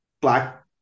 black